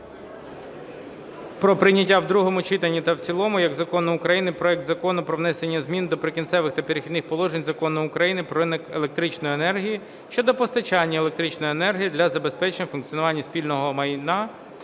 про прийняття в другому читанні та в цілому як Закону України проекту Закону про внесення змін до "Прикінцевих та перехідних положень" Закону України "Про ринок електричної енергії" щодо постачання електричної енергії для забезпечення функціонування спільного майна